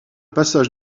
passage